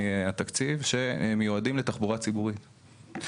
התקציב שמיועדים לתחבורה ציבורית.